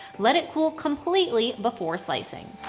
let it cool completely before slicing.